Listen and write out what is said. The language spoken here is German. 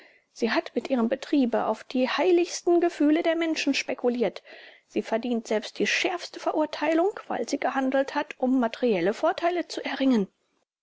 sie hat mit ihrem betriebe auf die heiligsten gefühle der menschen spekuliert sie verdient deshalb die schärfste verurteilung weil sie gehandelt hat um materielle vorteile zu erringen